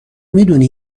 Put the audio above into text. میدونی